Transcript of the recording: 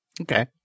Okay